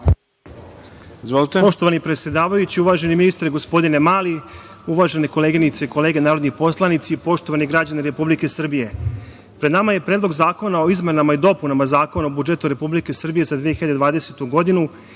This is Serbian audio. Poštovani predsedavajući, uvaženi ministre, gospodine Mali, uvažene koleginice i kolege narodni poslanici, poštovani građani Republike Srbije, pred nama je Predlog zakona o izmenama i dopunama Zakona o budžetu Republike Srbije za 2020. godinu